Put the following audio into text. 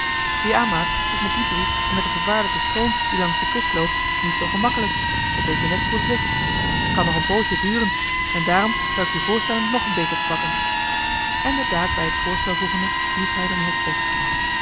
ja maat t is met die bries en met den gevaarlijken stroom die langs de kust loopt niet zoo gemakkelijk dat weet je net zoo goed als ik t kan nog een poosje duren en daarom zou ik je voorstellen nog een beker te pakken en de daad bij het voorstel voegende riep hij den hospes